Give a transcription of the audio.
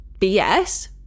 BS